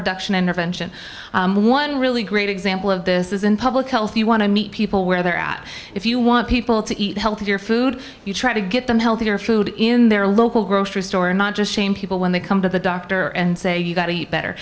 reduction intervention one really great example of this is in public health you want to meet people where they're at if you want people to eat healthier food you try to get them healthier food in their local grocery store not just shame people when they come to the doctor and say you've got to eat better